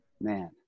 man